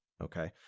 okay